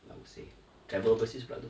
I would say travel overseas brother